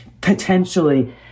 potentially